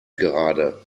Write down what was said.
gerade